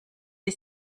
sie